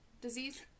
disease